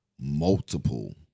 Multiple